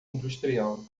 industrial